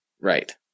Right